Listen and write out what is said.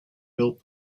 built